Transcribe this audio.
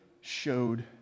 showed